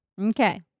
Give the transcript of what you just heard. Okay